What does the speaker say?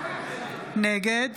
נגד